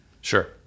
Sure